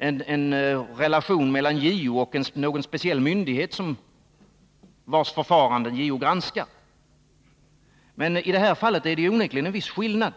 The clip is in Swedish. en relation mellan JO och någon speciell myndighet, vars förfarande JO granskar. Men i det här fallet är det onekligen en viss skillnad.